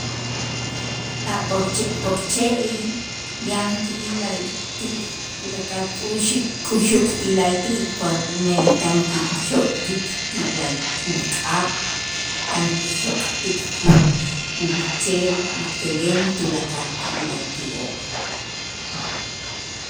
A' pokche' pokche' yanti'ij la'ayti' tulakal kuxik k'uxuk ti la'ayti' cua men tan kixot'ik ti lay uk'ab', tan ixokt'ik u- utzeel ukelem tulakal ti la'ayti'oo'.